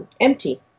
empty